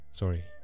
sorry